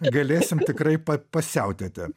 galėsim tikrai pa pasiautėti